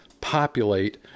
populate